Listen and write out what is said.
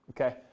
okay